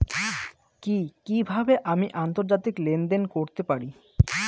কি কিভাবে আমি আন্তর্জাতিক লেনদেন করতে পারি?